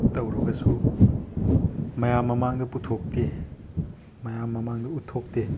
ꯇꯧꯔꯒꯁꯨ ꯃꯌꯥꯝ ꯃꯃꯥꯡꯗ ꯄꯨꯊꯣꯛꯇꯦ ꯃꯌꯥꯝ ꯃꯃꯥꯡꯗ ꯎꯠꯊꯣꯛꯇꯦ